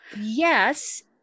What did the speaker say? Yes